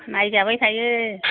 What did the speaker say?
नायजाबाय थायो